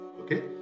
okay